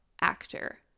actor